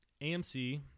AMC